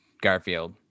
Garfield